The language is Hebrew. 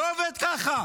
לא עובד ככה.